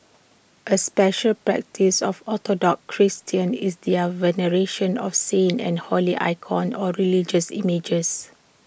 A special practice of Orthodox Christians is their veneration of saints and holy icons or religious images